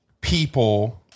people